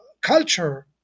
culture